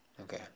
Okay